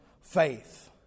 faith